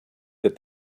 that